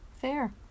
fair